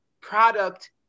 product